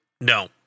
No